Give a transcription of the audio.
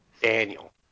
Daniel